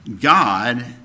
God